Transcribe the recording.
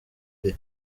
bwe